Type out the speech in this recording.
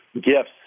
gifts